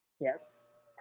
Yes